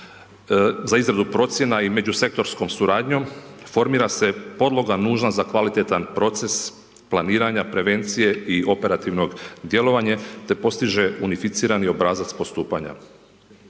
za izradu procjena i međusektorskom suradnjom, formira se podloga nužna za kvalitetan proces planiranja, prevencije i operativnog djelovanje, te postiže unificirani obrazac postupanja.